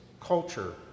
culture